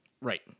Right